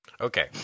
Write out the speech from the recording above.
okay